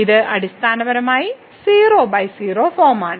ഇത് അടിസ്ഥാനപരമായി 00 ഫോമാണ്